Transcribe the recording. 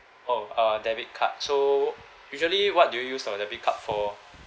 oh uh debit card so usually what do you use the debit card for